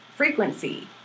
frequency